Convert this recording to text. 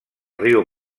riu